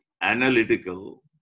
analytical